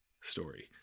story